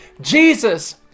Jesus